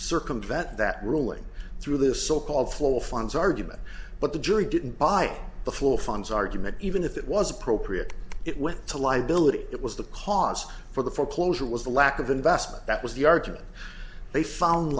circumvent that ruling through this so called full funds argument but the jury didn't buy the full funds argument even if it was appropriate it went to live bill it was the cause for the foreclosure was the lack of investment that was the argument they found